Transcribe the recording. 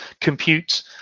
compute